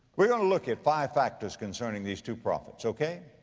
we're going to look at five factors concerning these two prophets. okay?